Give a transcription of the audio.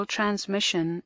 Transmission